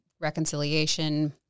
reconciliation